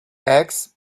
eggs